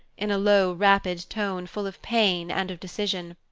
in a low, rapid tone full of pain and of decision